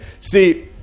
See